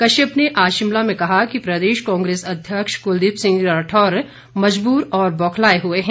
कश्यप ने आज शिमला में कहा कि प्रदेश कांग्रेस अध्यक्ष कुलदीप सिंह राठौर मजबूर और बौखलाए हुए हैं